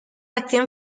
acción